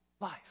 life